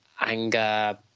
anger